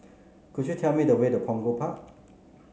could you tell me the way to Punggol Park